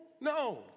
No